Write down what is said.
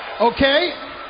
Okay